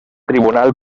tribunal